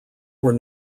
were